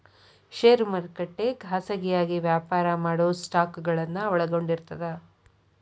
ಷೇರು ಮಾರುಕಟ್ಟೆ ಖಾಸಗಿಯಾಗಿ ವ್ಯಾಪಾರ ಮಾಡೊ ಸ್ಟಾಕ್ಗಳನ್ನ ಒಳಗೊಂಡಿರ್ತದ